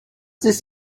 this